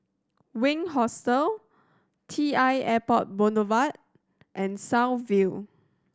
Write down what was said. Wink Hostel T I Airport Boulevard and South View